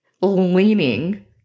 leaning